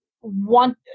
want